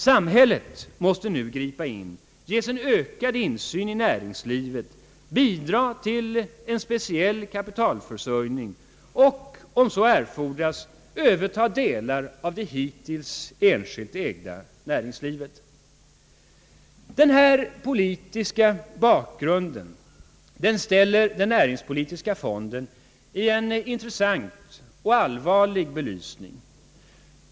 Samhället måste nu gripa in, ges en ökad insyn i näringslivet, bidra till en speciell kapitalförsörjning och, om så erfordras, även överta delar av det hittills enskilt ägda näringslivet. Denna politiska bakgrund ställer den näringspolitiska fonden i en intressant — och allvarlig — belysning.